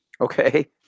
Okay